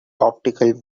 optical